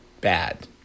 bad